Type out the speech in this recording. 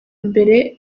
mbere